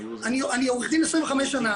אני עורך דין 25 שנה,